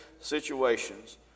situations